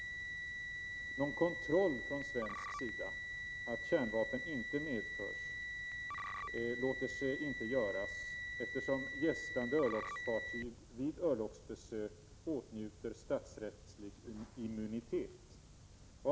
Någon kontroll från svensk sida av att kärnvapen inte medförs låter sig inte göras, eftersom gästande örlogsfartyg vid örlogsbesök åtnjuter statsrättslig immunitet.